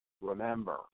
remember